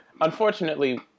Unfortunately